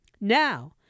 Now